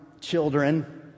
children